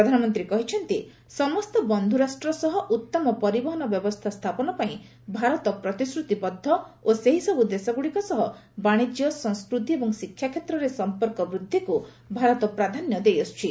ପ୍ରଧାନମନ୍ତ୍ରୀ କହିଛନ୍ତି ସମସ୍ତ ବନ୍ଧୁରାଷ୍ଟ୍ର ସହ ଉତ୍ତମ ପରିବହନ ବ୍ୟବସ୍ଥା ସ୍ଥାପନ ପାଇଁ ଭାରତ ପ୍ରତିଶ୍ରତିବଦ୍ଧ ଓ ସେହିସବୁ ଦେଶଗୁଡ଼ିକ ସହ ବାଶିଜ୍ୟ ସଂସ୍କୃତି ଏବଂ ଶିକ୍ଷା କ୍ଷେତ୍ରରେ ସଂପର୍କ ବୃଦ୍ଧିକୁ ଭାରତ ପ୍ରାଧାନ୍ୟ ଦେଇଆସୁଛି